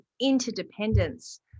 interdependence